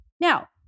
Now